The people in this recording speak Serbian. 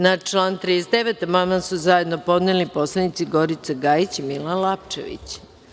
Na član 39. amandman su zajedno podneli narodni poslanici Gorica Gajić i Milan Lapčević.